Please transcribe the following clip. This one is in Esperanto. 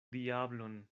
diablon